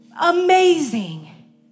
Amazing